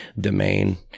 domain